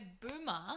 Boomer